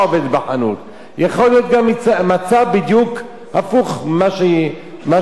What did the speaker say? יכול להיות גם מצב בדיוק הפוך ממה שאנחנו פה מקבלים.